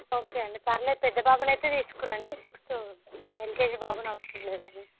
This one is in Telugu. ఓకే అండి పర్వాలేదు పెద్ద బాబునైతే తీసుకురండి సిక్స్త్ ఎల్కేజి బాబును అవసరం లేదండి